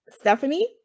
Stephanie